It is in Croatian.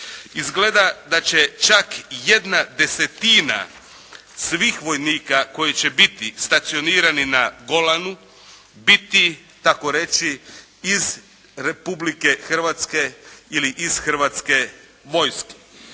Izgleda da će čak jedna desetina svih vojnika koji će biti stacionirani na Golanu biti takoreći iz Republike Hrvatske ili iz Hrvatske vojske.